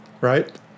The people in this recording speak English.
right